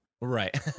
right